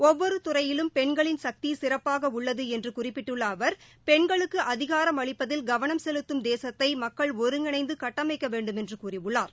ஒவ்வொரு துறையிலும் பெண்களின் சக்தி சிறப்பாக உள்ளது என்று குறிப்பிட்டுள்ள அவர் பெண்களுக்கு அதிகாரம் அளிப்பதில் கவனம் செலுத்தும் தேசத்தை மக்கள் ஒருங்கிணைந்து கட்டமைக்க வேண்டுமென்று கூறியுள்ளார்